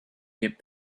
get